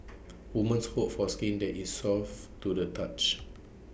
women hope for skin that is soft to the touch